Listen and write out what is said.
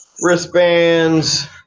Wristbands